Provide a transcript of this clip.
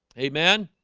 amen.